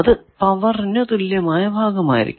അത് പവറിനു തുല്യമായ ഭാഗമായിരിക്കും